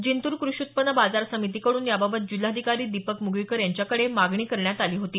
जिंतूर क्रषी उत्पन्न बाजार समितीकडून याबाबत जिल्हाधिकारी दीपक मुगळीकर यांच्याकडे मागणी करण्यात आली होती